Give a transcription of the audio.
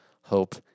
hope